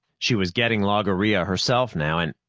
she was getting logorrhea herself now and